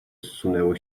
zsunęło